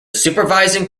supervising